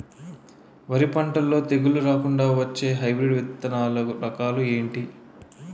వరి పంటలో తెగుళ్లు రాకుండ వచ్చే హైబ్రిడ్ విత్తనాలు రకాలు ఏంటి?